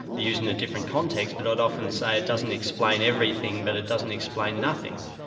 used in a different context, but i'd often say it doesn't explain everything but it doesn't explain nothing.